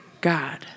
God